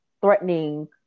threatening